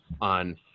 on